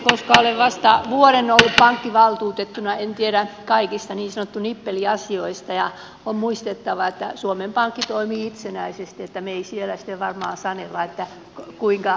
koska olen vasta vuoden ollut pankkivaltuutettuna en tiedä kaikista niin sanotuista nippeliasioista ja on muistettava että suomen pankki toimii itsenäisesti niin että me emme siellä sitten varmaan sanele kuinka tehdään